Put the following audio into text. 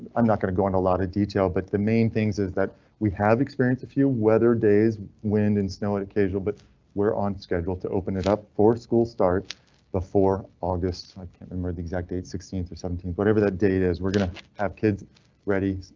i'm not going to go into lot of detail, but the main things is that we have experienced a few weather days, wind and snow, and occasional, but we're on schedule to open it up for school start before august. i can't remember the exact date, sixteenth or seventeenth. whatever that date is, we're going to have kids ready.